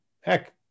heck